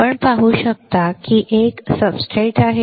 आपण पाहू शकता की एक सब्सट्रेट आहे